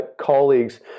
Colleagues